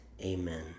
Amen